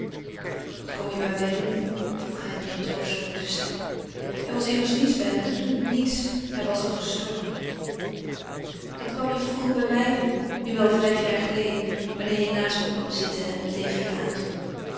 wat kom je bij mij doen vroeg hij met een troostelooze stem er was immers niets bij hem te doen niets hij was al gestorven wat kwam jij vroeger bij me doen nu wel vijf jaar geleden wanneer je naast me kwam zitten en me tegen je aantrok